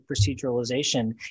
proceduralization